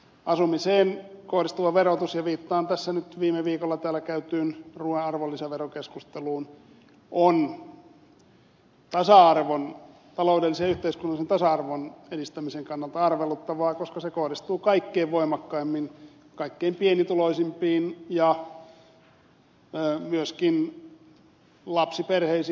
asumiseen kohdistuva verotus ja viittaan tässä nyt viime viikolla täällä käytyyn ruuan arvonlisäverokeskusteluun on taloudellisen ja yhteiskunnallisen tasa arvon edistämisen kannalta arveluttavaa koska se kohdistuu kaikkein voimakkaimmin kaikkein pienituloisimpiin ja myöskin lapsiperheisiin